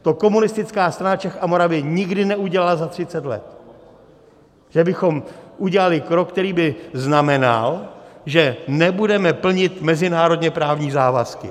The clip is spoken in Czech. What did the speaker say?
To Komunistická strana Čech a Moravy nikdy neudělala za 30 let, že bychom udělali krok, který by znamenal, že nebudeme plnit mezinárodněprávní závazky.